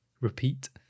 repeat